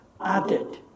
added